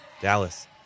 Dallas